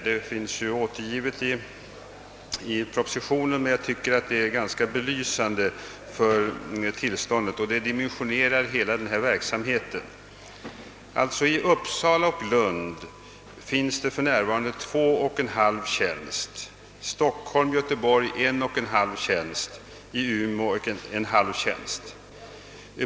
Detta finns återgivet i propositionen, och jag tycker det är belysande för tillståndet. Det är dessutom dimensionerande för hela denna verksamhet. I Uppsala och Lund finns för närvarande 2! 2 tjänst och i Umeå !/2 tjänst.